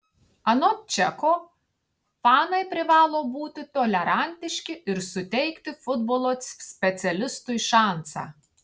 anot čeko fanai privalo būti tolerantiški ir suteikti futbolo specialistui šansą